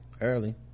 early